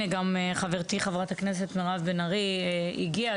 וגם חברתי חברת הכנסת מירב בן ארי הגיעה,